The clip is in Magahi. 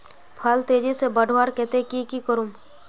फल तेजी से बढ़वार केते की की करूम?